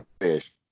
fish